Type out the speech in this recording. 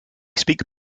speak